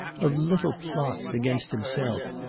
of little plots against himself,